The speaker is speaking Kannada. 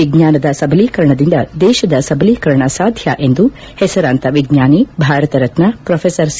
ವಿಜ್ಞಾನದ ಸಬಲೀಕರಣದಿಂದ ದೇಶದ ಸಬಲೀಕರಣ ಸಾಧ್ಯ ಎಂದು ಹೆಸರಾಂತ ವಿಜ್ಞಾನಿ ಭಾರತರತ್ನ ಪ್ರೊಫೆಸರ್ ಸಿ